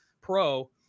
pro